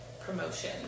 promotion